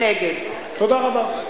תודה רבה.